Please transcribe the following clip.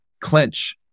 clench